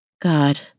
God